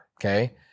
okay